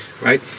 right